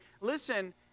listen